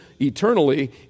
eternally